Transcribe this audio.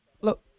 Look